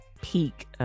peak